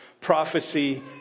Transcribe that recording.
prophecy